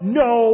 no